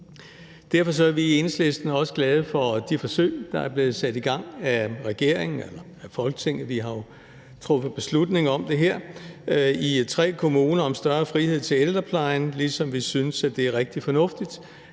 Derfor er vi i Enhedslisten også glade for de forsøg, der er blevet sat i gang af regeringen – eller af Folketinget, vi har jo truffet beslutning om det her – i tre kommuner om større frihed til ældreplejen, ligesom vi synes, at det er rigtig fornuftigt,